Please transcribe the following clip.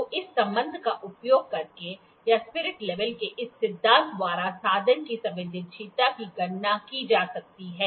तो इस संबंध का उपयोग करके या स्पिरिट लेवल के इस सिद्धांत द्वारा साधन की संवेदनशीलता की गणना की जा सकती है